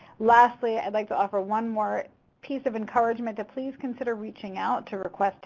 lastly i'd like to offer one more piece of encouragement to please consider reaching out to request